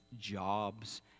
jobs